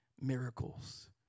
miracles